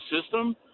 system